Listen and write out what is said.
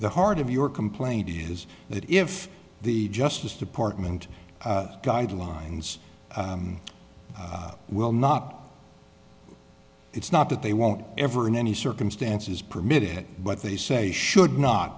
the heart of your complaint is that if the justice department guidelines will not it's not that they won't ever in any circumstances permit it but they say should not